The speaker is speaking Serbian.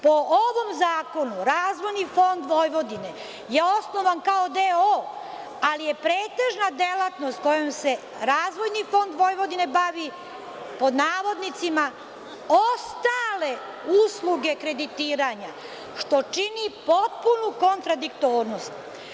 Po ovom zakonu, Razvojni fond Vojvodine je osnovan kao d.o. ali je pretežna delatnost kojim se Razvojni fond Vojvodine bavi „ostale usluge kreditiranja“, što čini potpunu kontradiktornost.